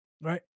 right